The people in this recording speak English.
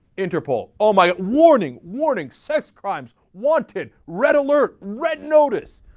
interpol. oh my. warning! warning sex crimes, wanted, red alert, red notice!